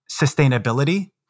sustainability